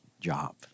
job